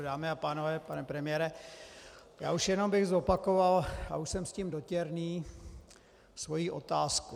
Dámy a pánové, pane premiére, já už jenom bych zopakoval, a už jsem s tím dotěrný, svoji otázku.